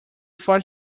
thought